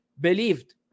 believed